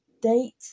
date